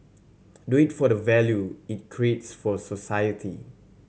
do it for the value it for society